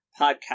podcast